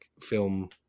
film